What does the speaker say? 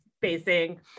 facing